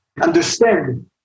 understand